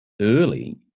early